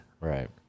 Right